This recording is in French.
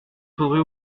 faudrait